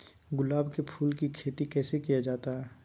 गुलाब के फूल की खेत कैसे किया जाता है?